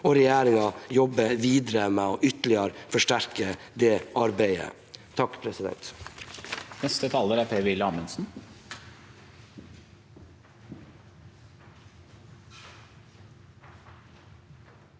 og regjeringen jobber videre med ytterligere å forsterke det arbeidet.